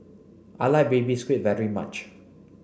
I like baby squid very much